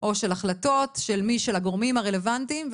או של החלטות של הגורמים הרלוונטיים.